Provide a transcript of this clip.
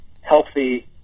healthy